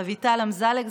רויטל אמזלג,